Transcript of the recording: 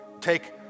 Take